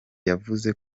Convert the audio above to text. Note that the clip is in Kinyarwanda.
yavuze